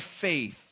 faith